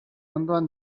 ondoan